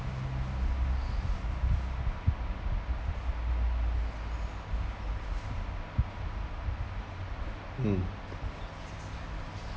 mm